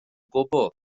gwbl